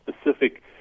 specific